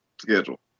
schedule